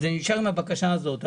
אז אני נשאר עם הבקשה הזאת.